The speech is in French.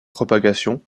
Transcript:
propagation